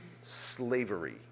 Slavery